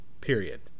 period